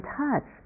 touch